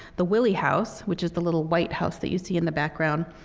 the willey house which is the little white house that you see in the background,